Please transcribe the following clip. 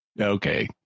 Okay